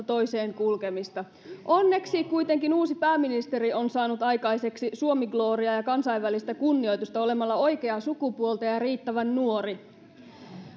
toiseen kulkemista onneksi kuitenkin uusi pääministeri on saanut aikaiseksi suomi glooriaa ja kansainvälistä kunnioitusta olemalla oikeaa sukupuolta ja ja riittävän nuori